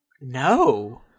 No